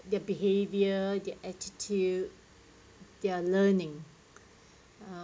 their behavior their attitude their learning uh